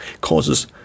causes